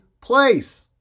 place